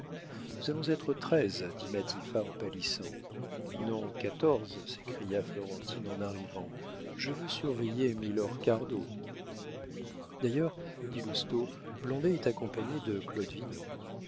nous allons être treize dit matifat en pâlissant non quatorze s'écria florentine en arrivant je veux surveiller milord cardot d'ailleurs dit lousteau blondet est accompagné de